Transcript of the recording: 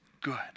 good